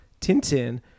Tintin